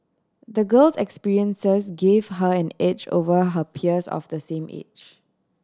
the girl's experiences gave her an edge over her peers of the same age